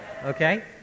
Okay